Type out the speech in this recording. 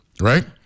right